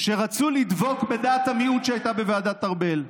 מדבר עם הידיים.